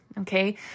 Okay